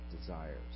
desires